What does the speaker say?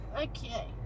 Okay